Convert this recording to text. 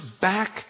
back